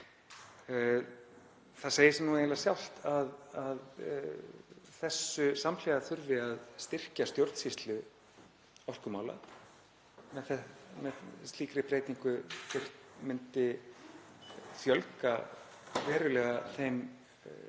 Það segir sig eiginlega sjálft að þessu samhliða þurfi að styrkja stjórnsýslu orkumála. Með slíkri breytingu myndi fjölga verulega þeim